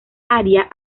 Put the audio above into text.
área